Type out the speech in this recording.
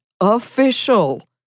official